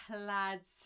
lads